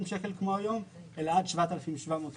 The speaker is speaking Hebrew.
שקלים כמו היום אלא עד 7,700 שקלים.